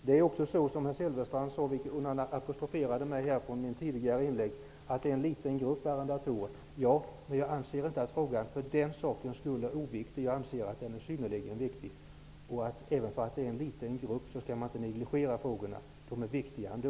Det är så, vilket herr Silfverstrand apostroferade, att det är fråga om en liten grupp arrendatorer. Men jag anser inte att frågan för den sakens skull är oviktig -- jag anser att den är synnerligen viktig. Även om det är en liten grupp skall man inte negligera frågorna -- de är viktiga ändå.